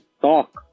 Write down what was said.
talk